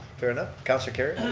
fair enough, councilor kerrio.